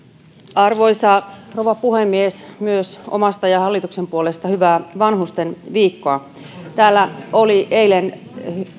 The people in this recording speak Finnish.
arvoisa rouva puhemies myös omasta ja hallituksen puolesta hyvää vanhustenviikkoa täällä oli eilen